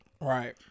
Right